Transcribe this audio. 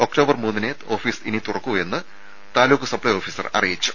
October മൂന്നിനേ office തുറക്കൂവെന്ന് taluk supply officer അറിയിച്ചു